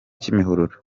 kimihurura